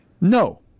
No